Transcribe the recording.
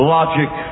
Logic